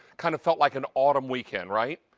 kind of felt like an autumn weekend, right.